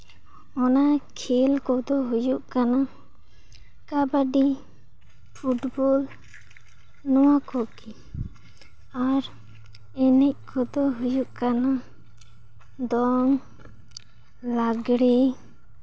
ᱚᱱᱟ ᱠᱷᱮᱞ ᱠᱚᱫᱚ ᱦᱩᱭᱩᱜ ᱠᱟᱱᱟ ᱠᱟᱵᱟᱰᱤ ᱯᱷᱩᱴᱵᱚᱞ ᱱᱚᱶᱟ ᱠᱚᱜᱮ ᱟᱨ ᱮᱱᱮᱡ ᱠᱚᱫᱚ ᱦᱩᱭᱩᱜ ᱠᱟᱱᱟ ᱫᱚᱝ ᱞᱟᱜᱽᱲᱮ